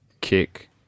kick